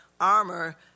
armor